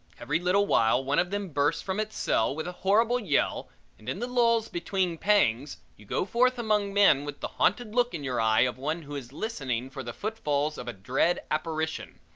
every little while one of them bursts from its cell with a horrible yell and in the lulls between pangs you go forth among men with the haunted look in your eye of one who is listening for the footfalls of a dread apparition,